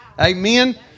Amen